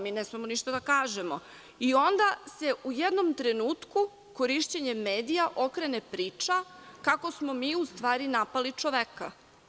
Mi ne smemo ništa da kažemo i onda se u jednom trenutku korišćenjem medija okrene priča kako smo mi u stvari napali čoveka.